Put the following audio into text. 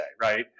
right